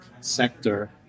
sector